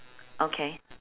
okay